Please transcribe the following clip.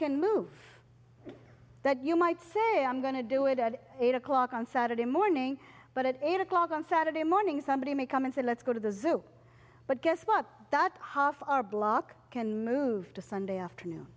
can move that you might say i'm going to do it at eight o'clock on saturday morning but at eight o'clock on saturday morning somebody may come and say let's go to the zoo but guess what that half hour block can move to sunday afternoon